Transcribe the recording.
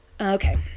Okay